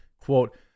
quote